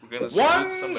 One